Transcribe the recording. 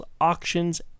auctions